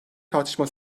tartışma